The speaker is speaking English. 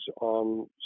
on